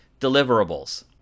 deliverables